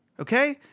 Okay